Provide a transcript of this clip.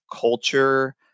culture